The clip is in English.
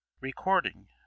Recording